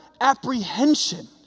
apprehension